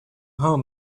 home